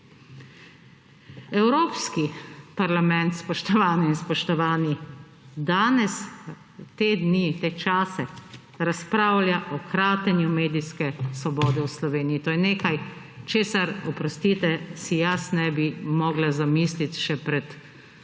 Evropski parlament, spoštovane in spoštovani, danes te dni, te čase, razpravlja o kratenju medijske svobode v Sloveniji. To je nekaj česar, oprostite, si jaz ne bi mogla zamisliti še preden ste